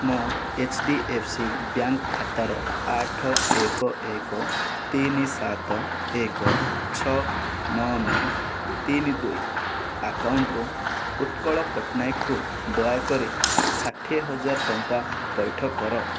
ମୋ H D F C bank ଖାତାର ଆଠ ଏକ ଏକ ତିନି ସାତ ଏକ ଛଅ ନଅ ନଅ ତିନି ଦୁଇ ଆକାଉଣ୍ଟରୁ ଉତ୍କଳ ପଟ୍ଟନାୟକ କୁ ଦୟାକରି ଷାଠିଏ ହଜାର ଟଙ୍କା ପଇଠ କର